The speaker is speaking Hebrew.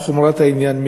מחומרת העניין,